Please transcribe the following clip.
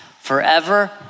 forever